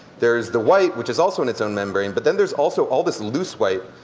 there's the white, which is also in its own membrane. but then there's also all this loose white,